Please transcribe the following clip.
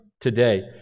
today